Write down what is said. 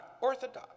orthodox